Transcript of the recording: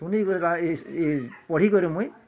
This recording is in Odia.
ଶୁନିକିରି ବା ଏହି ପଢ଼ିକରି ମୁଇଁ